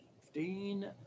Fifteen